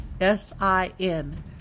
S-I-N